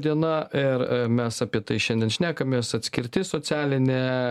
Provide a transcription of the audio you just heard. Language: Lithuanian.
diena ir mes apie tai šiandien šnekamės atskirtis socialinė